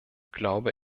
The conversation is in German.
glaube